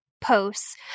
posts